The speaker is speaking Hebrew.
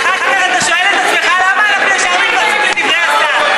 אחר כך אתה שואל את עצמך: למה אנחנו ישר מתפרצים לדברי השר?